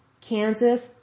Kansas